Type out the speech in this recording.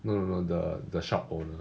no no no the the shop owner